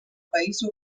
país